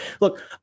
Look